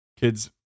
Kids